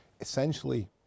essentially